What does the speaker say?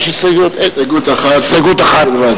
הסתייגות אחת לדיבור בלבד.